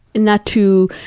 not to